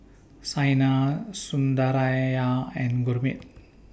Saina Sundaraiah and Gurmeet